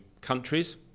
countries